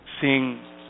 seeing